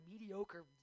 mediocre